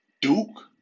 Duke